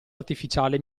artificiale